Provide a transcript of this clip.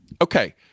Okay